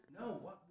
No